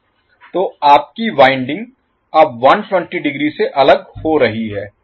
तो आपकी वाइंडिंग अब 120 डिग्री से अलग हो रही है